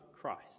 Christ